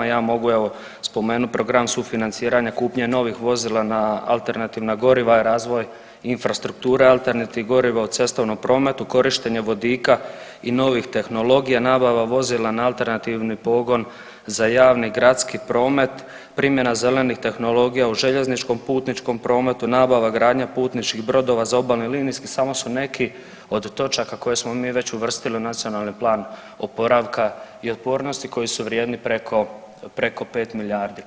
Ja mogu, evo, spomenuti program sufinanciranja kupnje novih vozila na alternativna goriva i razvoj infrastrukture alternativnih goriva u cestovnom prometu, korištenje vodika i novih tehnologija, nabava vozila na alternativni pogon za javni i gradski promet, primjena zelenih tehnologija u željezničkom putničkom prometu, nabava, gradnja putničkih brodova za obalni i linijski, samo su neki od točaka koje smo mi već uvrstili u Nacionalni plan oporavka i otpornosti koji su vrijedni preko 5 milijardi kuna.